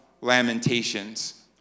lamentations